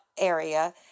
area